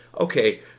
okay